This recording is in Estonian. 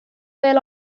veel